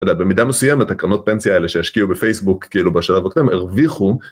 אתה יודע, במידה מסוימת, הקרנות פנסיה האלה שהשקיעו בפייסבוק, כאילו בשלב, הם הרוויחו.